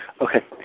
Okay